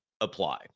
apply